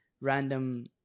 random